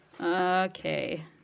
Okay